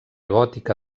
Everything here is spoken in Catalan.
gòtica